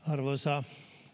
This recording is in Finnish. arvoisa